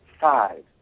five